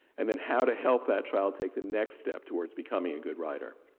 and then how to help that child take the next step towards becoming a good writer.